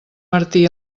martí